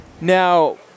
Now